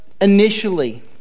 initially